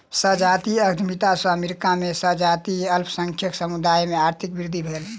संजातीय उद्यमिता सॅ अमेरिका में संजातीय अल्पसंख्यक समुदाय में आर्थिक वृद्धि भेल